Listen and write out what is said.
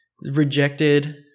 rejected